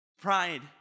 Pride